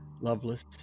Loveless